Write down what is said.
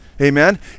Amen